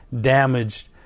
damaged